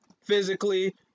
physically